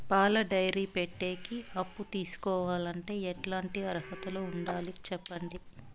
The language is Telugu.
పాల డైరీ పెట్టేకి అప్పు తీసుకోవాలంటే ఎట్లాంటి అర్హతలు ఉండాలి సెప్పండి?